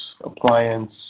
appliance